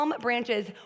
branches